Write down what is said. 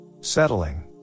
settling